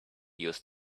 used